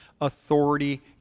authority